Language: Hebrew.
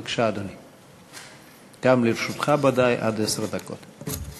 בבקשה, אדוני, גם לרשותך עד עשר דקות.